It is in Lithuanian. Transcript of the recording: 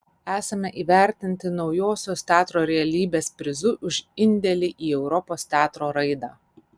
esame įvertinti naujosios teatro realybės prizu už indėlį į europos teatro raidą